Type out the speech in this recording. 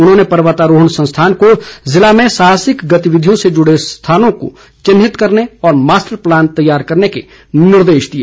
उन्होंने पर्वतारोहण संस्थान को जिले में साहसिक गतिविधियों से जुड़े स्थानों को चिन्हित करने और मास्टर प्लान तैयार करने के निर्देश दिए